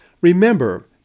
Remember